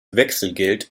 wechselgeld